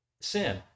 sin